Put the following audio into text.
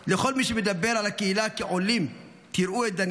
לכל מי שמדבר על הקהילה כעולים, תראו את דניאל,